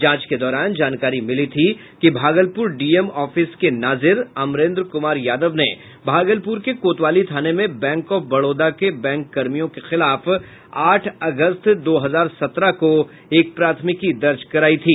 जांच के दौरान जानकारी मिली थी कि भागलपुर डीएम ऑफिस के नाजीर अमरेन्द्र कुमार यादव ने भागलपूर के कोतवाली थाना में बैंक ऑफ बड़ौरा के बैंक कर्मियों के खिलाफ आठ अगस्त दो हजार सत्रह को एक प्राथमिकी दर्ज करायी थी